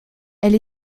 elle